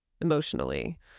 emotionally